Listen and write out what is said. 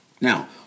Now